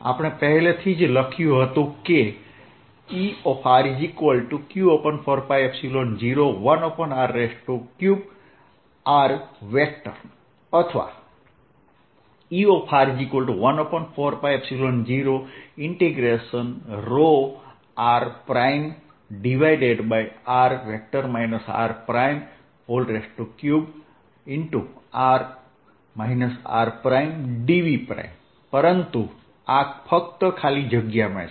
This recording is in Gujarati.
આપણે પહેલેથી જ લખ્યું હતું કે Erq401r3r અથવા Er140rr r3r rdV પરંતુ આ ફક્ત ખાલી જગ્યામાં છે